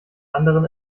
anderen